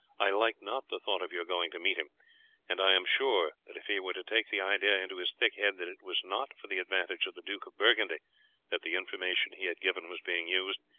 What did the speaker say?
i like not the thought of your going to meet him and i am sure that if he were to take the idea into his thick head that it was not for the advantage of the duke of burgundy that the information he had given was being used,